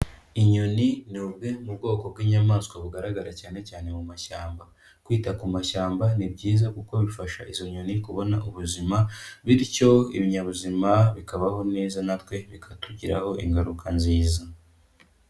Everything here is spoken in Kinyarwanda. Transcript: Inyoni ni bumwe mu bwoko bw'inyamaswa bugaragara cyane cyane mu mashyamba. Kwita ku mashyamba ni byiza kuko bifasha izo nyoni kubona ubuzima, bityo ibinyabuzima bikabaho neza natwe bikatugiraho ingaruka nziza.